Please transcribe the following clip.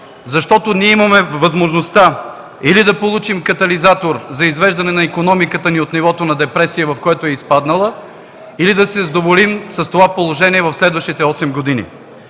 защото ние имаме възможността или да получим катализатор за извеждане на икономиката ни от нивото на депресия, в което е изпаднала, или да се задоволим с това положение в следващите осем години.